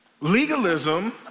legalism